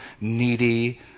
needy